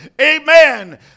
Amen